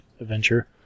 adventure